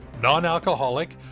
non-alcoholic